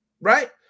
right